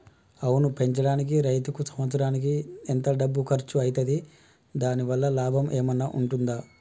ఆవును పెంచడానికి రైతుకు సంవత్సరానికి ఎంత డబ్బు ఖర్చు అయితది? దాని వల్ల లాభం ఏమన్నా ఉంటుందా?